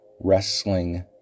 wrestling